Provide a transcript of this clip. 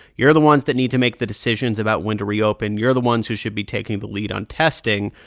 you're the ones that need to make the decisions about when to reopen you're the ones who should be taking the lead on testing.